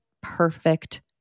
perfect